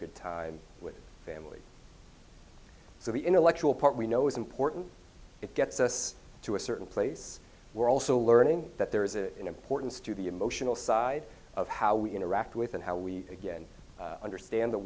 good time with family so the intellectual part we know is important it gets us to a certain place we're also learning that there is an importance to the emotional side of how we interact with and how we again understand the